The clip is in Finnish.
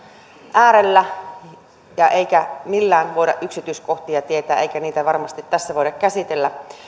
äärellä eikä millään voida yksityiskohtia tietää eikä niitä varmasti tässä voida käsitellä